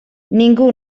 ningú